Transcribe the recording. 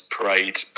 parade